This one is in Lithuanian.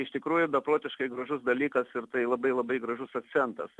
iš tikrųjų beprotiškai gražus dalykas ir tai labai labai gražus akcentas